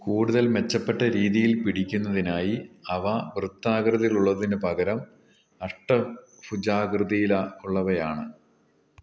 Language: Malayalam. കൂടുതൽ മെച്ചപ്പെട്ട രീതിയിൽ പിടിക്കുന്നതിനായി അവ വൃത്താകൃതിയിലുള്ളതിന് പകരം അഷ്ടഭുജാകൃതിയിലുള്ളവയാണ്